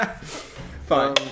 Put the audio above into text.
Fine